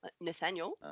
Nathaniel